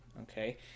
okay